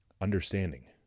Understanding